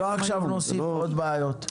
ולא עכשיו נוסיף עוד בעיות.